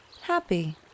happy